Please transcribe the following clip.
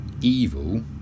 Evil